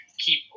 keep